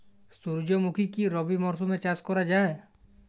সুর্যমুখী কি রবি মরশুমে চাষ করা যায়?